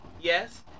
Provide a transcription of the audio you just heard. Yes